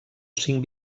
cinc